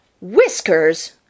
Whiskers